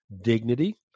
dignity